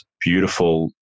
beautiful